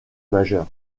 majeure